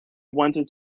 wanted